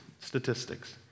statistics